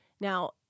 Now